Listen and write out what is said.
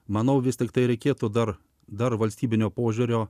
manau vis tiktai reikėtų dar dar valstybinio požiūrio